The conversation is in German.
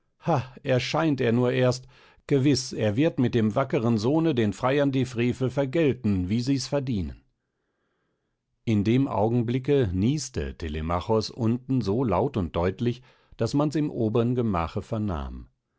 erscheint er nur erst gewiß er wird mit dem wackern sohne den freiern die frevel vergelten wie sie's verdienen in dem augenblicke nieste telemachos unten so laut und deutlich daß man's im obern gemache vernahm